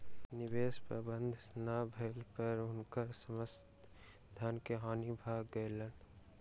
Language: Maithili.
निवेश प्रबंधन नै भेला पर हुनकर समस्त धन के हानि भ गेलैन